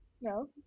No